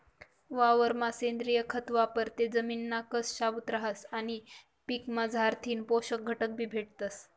वावरमा सेंद्रिय खत वापरं ते जमिनना कस शाबूत रहास आणि पीकमझारथीन पोषक घटकबी भेटतस